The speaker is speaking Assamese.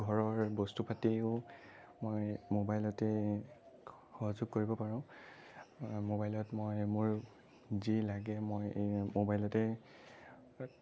ঘৰৰ বস্তুপাতিও মই ম'বাইলতে সহযোগ কৰিব পাৰোঁ ম'বাইলত মই মোৰ যি লাগে মই ম'বাইলতে